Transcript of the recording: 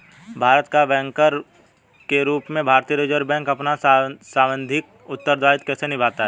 सरकार का बैंकर के रूप में भारतीय रिज़र्व बैंक अपना सांविधिक उत्तरदायित्व कैसे निभाता है?